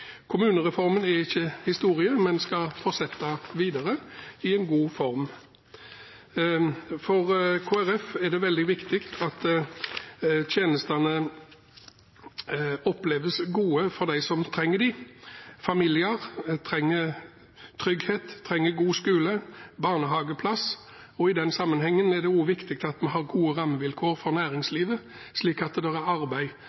Kommunereformen er ikke historie, men skal fortsette videre i en god form. For Kristelig Folkeparti er det veldig viktig at tjenestene oppleves gode av dem som trenger dem. Familier trenger trygghet, en god skole, barnehageplass, og i den sammenhengen er det også viktig at vi har gode rammevilkår for næringslivet, slik at det er arbeid